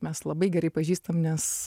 mes labai gerai pažįstam nes